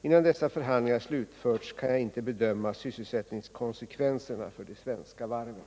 Innan dessa förhandlingar slutförts kan jag inte bedöma sysselsättningskonsekvenserna för de svenska varven.